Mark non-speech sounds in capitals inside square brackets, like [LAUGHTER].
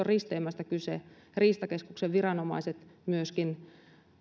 [UNINTELLIGIBLE] risteymästä kyse riistakeskuksen viranomaiset myöskin